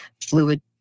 fluid